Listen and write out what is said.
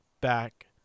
back